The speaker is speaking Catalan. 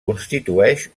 constitueix